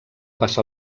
passa